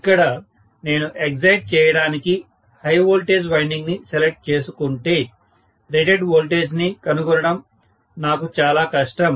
ఇక్కడ నేను ఎక్సైట్ చేయడానికి హై వోల్టేజ్ వైండింగ్ ని సెలెక్ట్ చేసుకుంటే రేటెడ్ వోల్టేజ్ ని కనుగొనడం నాకు చాలా కష్టం